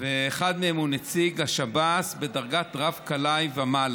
ואחד מהם הוא נציג השב"ס בדרגת רב-כלאי ומעלה.